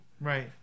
Right